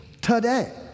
today